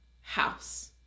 house